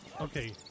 Okay